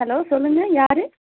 hello சொல்லுங்க யார்